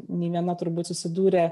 nei viena turbūt susidūrė